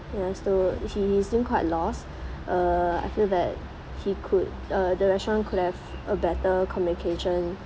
ya so he he seem quite lost err I feel that he could uh the restaurant could have a better communication